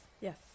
yes